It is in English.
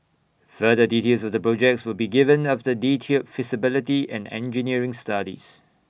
further details of the projects will be given after detailed feasibility and engineering studies